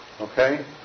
Okay